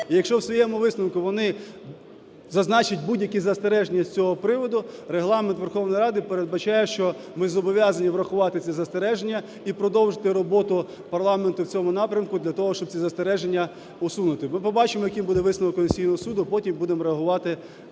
якщо в своєму висновку вони зазначать будь-які застереження з цього приводу, Регламент Верховної Ради передбачає, що ми зобов'язані врахувати ці застереження і продовжити роботу парламенту в цьому напрямку для того, щоб ці застереження усунути. Ми побачимо, яким буде висновок Конституційного Суду, потім будемо реагувати